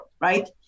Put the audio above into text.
right